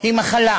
היא מחלה